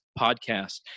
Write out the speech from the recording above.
podcast